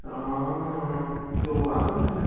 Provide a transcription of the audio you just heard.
હં તો આપોને મને જરા